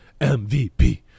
mvp